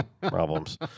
problems